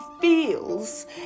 feels